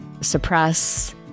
suppress